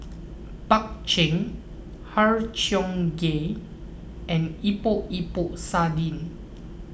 Bak Chang Har Cheong Gai and Epok Epok Sardin